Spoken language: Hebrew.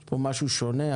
יש פה משהו שונה?